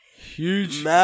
Huge